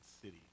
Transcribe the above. City